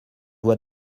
voix